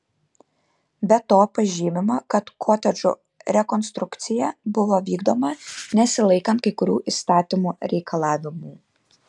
be to pažymima kad kotedžų rekonstrukcija buvo vykdoma nesilaikant kai kurių įstatymų reikalavimų